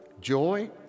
joy